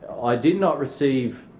i did not receive,